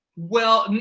well,